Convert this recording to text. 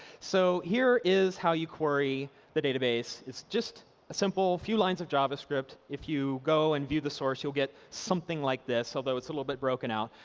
so here is how you query the database. it's a simple few lines of javascript. if you go and view the source, you'll get something like this, although, it's a little bit broken out.